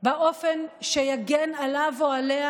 באופן שיגן עליו או עליה,